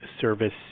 service